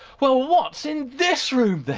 well what's in this room then?